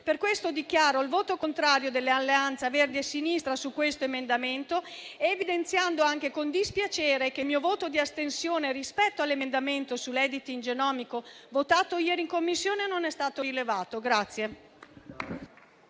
ragioni, dichiaro il voto contrario dell'Alleanza Verdi e Sinistra su questo emendamento, evidenziando anche con dispiacere che il mio voto di astensione rispetto all'emendamento sull'*editing* genomico, votato ieri in Commissione, non è stato rilevato.